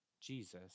Jesus